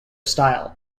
style